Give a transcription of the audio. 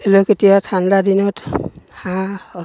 ধৰি লওক এতিয়া ঠাণ্ডা দিনত হাঁহ